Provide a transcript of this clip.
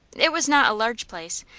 it was not a large place,